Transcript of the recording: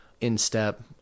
instep